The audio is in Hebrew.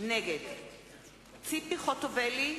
נגד ציפי חוטובלי,